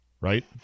right